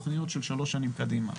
תכניות של שלוש שנים קדימה.